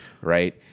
Right